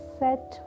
set